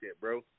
bro